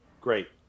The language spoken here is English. Great